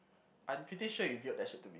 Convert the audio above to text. I'm pretty sure you that to me